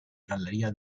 galleria